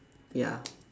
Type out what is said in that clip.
ya